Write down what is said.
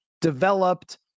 developed